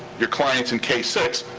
your clients in k six